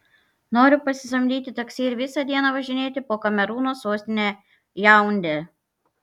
noriu pasisamdyti taksi ir visą dieną važinėti po kamerūno sostinę jaundę